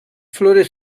flores